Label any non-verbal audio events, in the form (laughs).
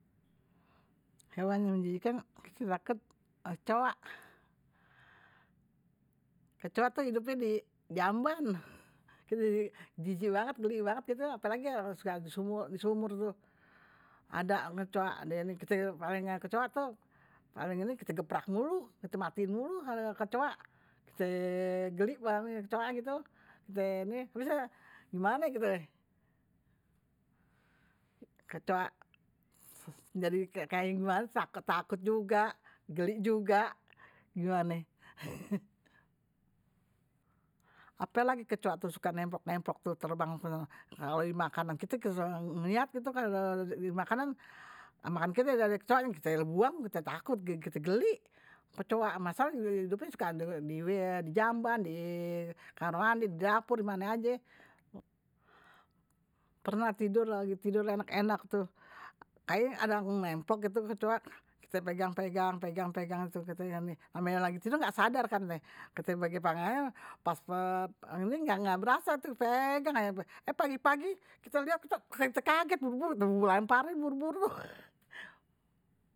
Hewan yang menjijikan kecoa tu hidupnya dijamban, jadi jijik banget, gelik banget, apalagi kalau di sumur. Ada kecoa, ada yang paling nggak kecewa, paling ini kite geprak mulu, kite matiin mulu kalau nggak kecoa, kecegelik banget kalau nggak kecoa gtu. Gimane kite kecoa, jadi kayak gimane, takut juga, gelik juga, gimane, apalagi kecoa tu suka nempok-nempok, terbang. Kalau di makanan, kite selalu ngelihat gtu. Kalau di makanan, makanan kite ada kecoa yang kite buang, kite takut, kite gelik. Kecewa masalah hidupnya suka di jamban, di kamar mandi, di dapur, di mana aja. Pernah tidur lagi, tidur enak-enak tuh. Kayak ada yang nempok gtu kecoa, kite pegang-pegang, pegang-pegang. Namanya lagi tidur, nggak sadar kan, kite pas pegang, ini nggak berasa tuh pegang. Pagi-pagi kite lihat keceka-kekeke, buru-buru, lemparin, buru-buru. (laughs)